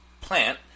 plant